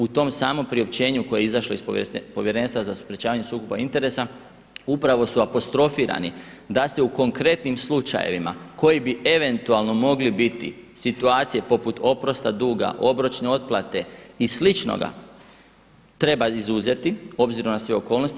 U tom samom priopćenju koje je izašlo iz Povjerenstva za sprječavanje sukoba interesa upravo su apostrofirani da se u konkretnim slučajevima koji bi eventualno mogli biti situacije poput oprosta duga, obročne otplate i sličnoga treba izuzeti obzirom na sve okolnosti.